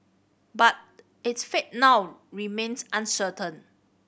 but its fate now remains uncertain